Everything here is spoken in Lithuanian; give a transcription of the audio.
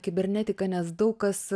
kibernetika nes daug kas